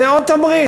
זה עוד תמריץ.